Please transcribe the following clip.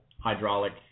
hydraulic